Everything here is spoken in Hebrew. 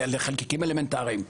לחלקיקים אלמנטריים.